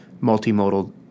multimodal